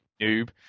noob